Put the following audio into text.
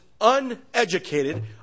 uneducated